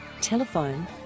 Telephone